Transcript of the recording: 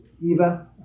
Eva